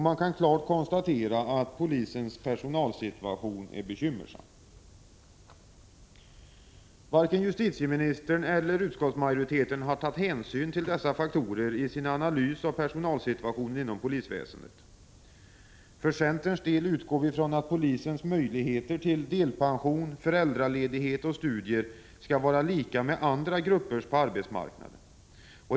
Man kan klart konstatera att polisens personalsituation är bekymmersam. Varken justitieministern eller utskottsmajoriteten har tagit hänsyn till dessa faktorer i sin analys av personalsituationen inom polisväsendet. För centerns del utgår vi från att polisens möjligheter till delpension, föräldraledighet och studier skall vara lika med andra gruppers på arbetsmarknaden.